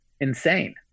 insane